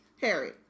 Harry